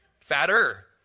fatter